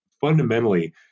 fundamentally